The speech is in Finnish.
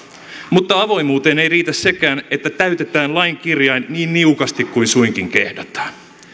mutta avoimuuteen ei riitä sekään että täytetään lain kirjain niin niukasti kuin suinkin kehdataan